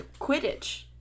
Quidditch